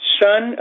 son